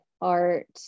art